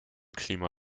klima